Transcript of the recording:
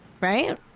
right